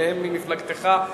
שניהם ממפלגתך,